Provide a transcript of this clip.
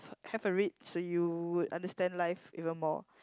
have have a read so you would understand life even more